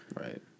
Right